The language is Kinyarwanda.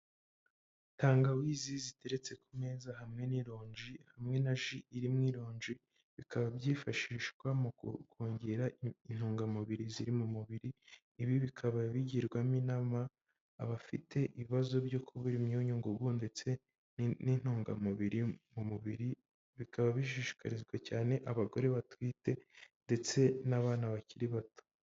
Tangawizi ziteretse ku meza hamwe n'ironji hamwe na ji irimo ironji bikaba byifashishwa mukongera intungamubiri ziri mu mubiri ibi bikaba bigirwamo inama abafite ibibazo byo kubura imyunyu ngugu ndetse n'intungamubiri mu mubiri bikaba bishishikarizwa cyane abagore batwite ndetse n'abana bakiri bato.